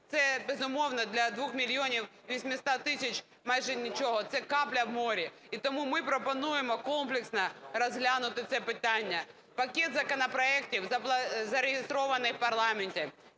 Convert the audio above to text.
Це, безумовно, для 2 мільйонів 800 тисяч майже нічого, це капля в морі. І тому ми пропонуємо комплексно розглянути це питання. Пакет законопроектів зареєстрований в парламенті.